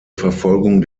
verfolgung